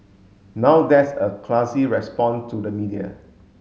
now that's a classy respond to the media